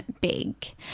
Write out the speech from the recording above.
big